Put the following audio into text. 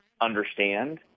understand